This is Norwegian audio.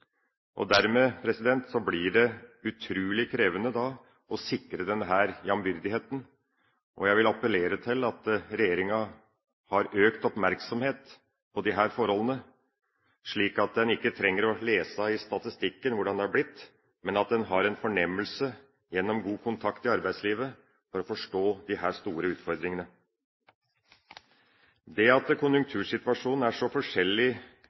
inntektsnivået. Dermed blir det utrolig krevende å sikre denne jambyrdigheten. Jeg vil appellere til at regjeringa har økt oppmerksomhet på disse forholdene, slik at en ikke trenger å lese i statistikken hvordan det har blitt, men at en har en fornemmelse gjennom god kontakt i arbeidslivet for å forstå disse store utfordringene. Det at konjunktursituasjonen i Norge er så forskjellig